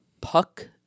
Puck